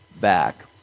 back